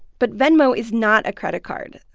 but venmo is not a credit card.